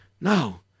Now